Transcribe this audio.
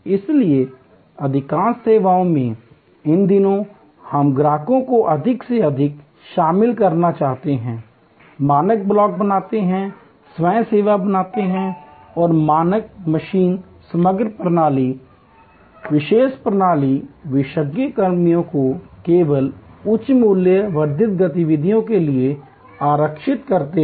इसलिए अधिकांश सेवाओं में इन दिनों हम ग्राहक को अधिक से अधिक शामिल करना चाहते हैं मानक ब्लॉक बनाते हैं स्वयं सेवा बनाते हैं और मानव मशीन समग्र प्रणाली विशेषज्ञ प्रणाली और विशेषज्ञ कर्मियों को केवल उच्च मूल्य वर्धित गतिविधियों के लिए आरक्षित करते हैं